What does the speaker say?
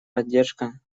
поддержка